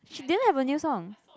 she didn't have a new song